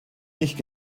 nicht